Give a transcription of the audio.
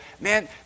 Man